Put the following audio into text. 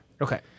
Okay